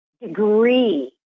degree